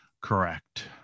correct